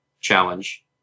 challenge